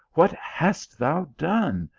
what hast thou done!